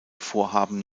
vorhaben